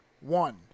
One